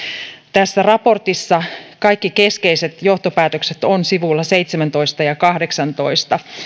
tässä raportissa kaikki keskeiset johtopäätökset ovat sivuilla seitsemäntoista ja kahdeksantoista